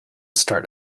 start